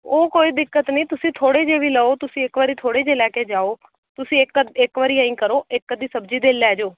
ਉਹ ਕੋਈ ਦਿੱਕਤ ਨਹੀਂ ਤੁਸੀਂ ਥੋੜ੍ਹੇ ਜਿਹੇ ਵੀ ਲਓ ਤੁਸੀਂ ਇੱਕ ਵਾਰੀ ਥੋੜ੍ਹੇ ਜਿਹੇ ਲੈ ਕੇ ਜਾਓ ਤੁਸੀਂ ਇੱਕ ਅੱ ਇੱਕ ਵਾਰੀ ਐਂਈ ਕਰੋ ਇੱਕ ਅੱਧੀ ਸਬਜ਼ੀ ਦੇ ਲੈ ਜਾਓ